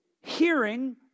hearing